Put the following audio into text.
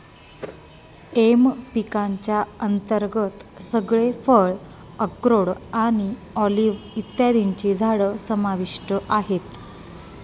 M पिकांच्या अंतर्गत सगळे फळ, अक्रोड आणि ऑलिव्ह इत्यादींची झाडं समाविष्ट आहेत